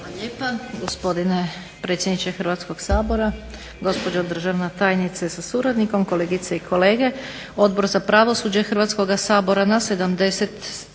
Hvala lijepa gospodine predsjedniče Hrvatskog sabora, gospođo državna tajnice sa suradnikom, kolegice i kolege. Odbor za pravosuđe Hrvatskoga sabora na 70.